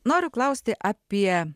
noriu klausti apie